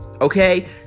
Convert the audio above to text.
Okay